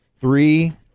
Three